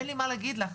אין לי מה להגיד לך,